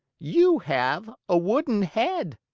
you have a wooden head.